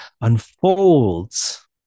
unfolds